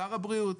שר הבריאות?